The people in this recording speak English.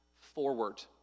forward